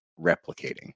replicating